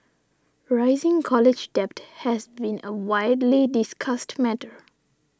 rising college debt has been a widely discussed matter